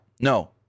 No